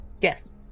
Yes